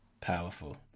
Powerful